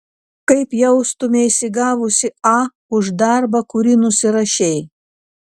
kaip jaustumeisi gavusi a už darbą kurį nusirašei